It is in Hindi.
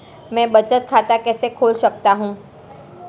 मैं बचत खाता कैसे खोल सकता हूँ?